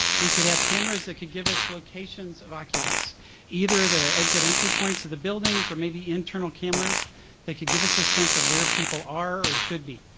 we could have cameras that could give us locations of occupants either the exit entry points of the buildings or maybe internal cameras that could give us a sense of where people are or should be.